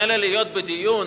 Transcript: מילא להיות בדיון,